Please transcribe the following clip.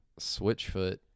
Switchfoot